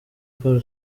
paul